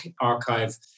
Archive